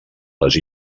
les